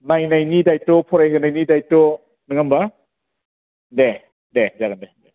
नायनायनि दायथ' फराय होनायनि दायथ' नोङा होमबा दे दे जागोन दे